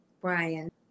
Brian